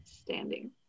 standing